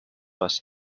was